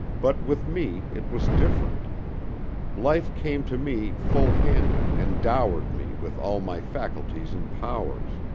but with me it was different life came to me full-handed and dowered me with all my faculties and powers.